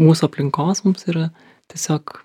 mūsų aplinkos mums yra tiesiog